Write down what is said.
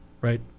right